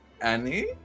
Annie